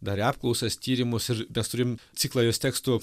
darė apklausas tyrimus ir mes turim ciklą jos tekstų